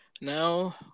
now